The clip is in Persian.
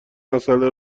مساله